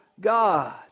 God